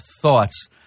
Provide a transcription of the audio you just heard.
thoughts